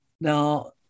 Now